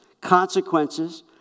consequences